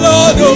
Lord